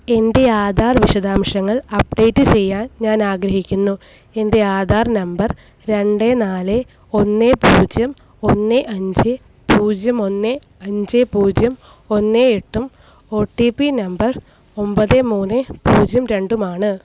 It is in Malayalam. എന്റെ ആധാർ വിശദാംശങ്ങൾ അപ്ഡേറ്റ് ചെയ്യാൻ ഞാൻ ആഗ്രഹിക്കുന്നു എന്റെ ആധാർ നമ്പർ രണ്ട് നാല് ഒന്ന് പൂജ്യം ഒന്ന് അഞ്ച് പൂജ്യം ഒന്ന് അഞ്ച് പൂജ്യം ഒന്ന് എട്ടും ഓ ട്ടീ പ്പീ നമ്പർ ഒമ്പത് മൂന്ന് പൂജ്യം രണ്ടും ആണ്